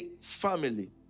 family